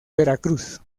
veracruz